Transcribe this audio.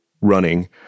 running